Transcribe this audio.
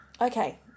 Okay